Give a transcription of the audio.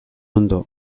ondo